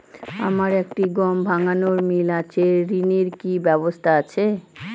আমার একটি গম ভাঙানোর মিল আছে ঋণের কি ব্যবস্থা আছে?